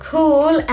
Cool